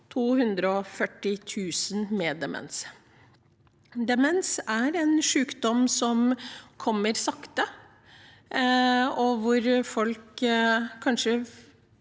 240 000 med demens. Demens er en sykdom som kommer sakte, og er noe